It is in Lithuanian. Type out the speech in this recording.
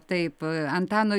taip antano